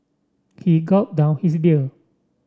he gulp down his beer